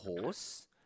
horse